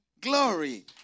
Glory